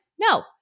No